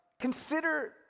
Consider